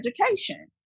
education